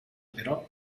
però